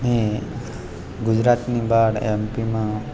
અમે ગુજરાતની બહાર એમપીમાં